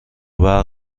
برق